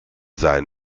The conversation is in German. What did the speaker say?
sein